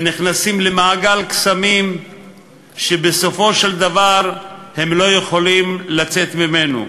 ונכנסים למעגל קסמים שבסופו של דבר הם לא יכולים לצאת ממנו.